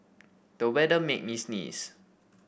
the weather made me sneeze